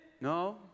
No